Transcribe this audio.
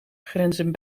grenzen